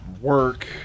work